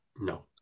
No